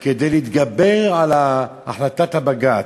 כדי להתגבר על החלטת הבג"ץ,